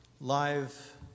live